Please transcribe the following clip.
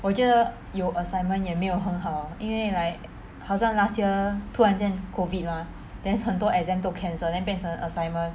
我觉得有 assignment 也没有很好因为 like 好像 last year 突然间 COVID mah then 很多 exam 都 cancel then 变成 assignment